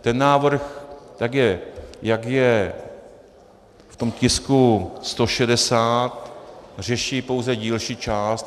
Ten návrh, tak jak je v tom tisku 160, řeší pouze dílčí část.